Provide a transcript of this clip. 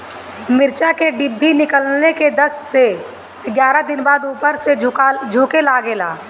मिरचा क डिभी निकलले के दस से एग्यारह दिन बाद उपर से झुके लागेला?